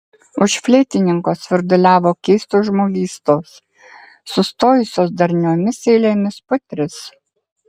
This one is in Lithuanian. už fleitininko svirduliavo keistos žmogystos sustojusios darniomis eilėmis po tris